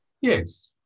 Yes